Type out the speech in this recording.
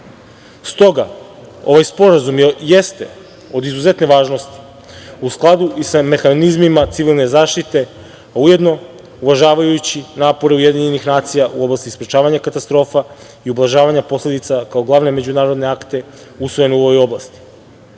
Stoga ovaj sporazum jeste od izuzetne važnosti, u skladu i sa mehanizmima civilne zaštite, a ujedno uvažavajući napore UN u oblasti sprečavanja katastrofa i ublažavanja posledica kao glavne međunarodne akte usvojene u ovoj oblasti,